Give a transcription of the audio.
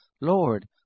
Lord